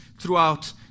throughout